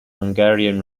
hungarian